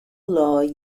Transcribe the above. law